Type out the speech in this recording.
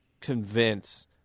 convince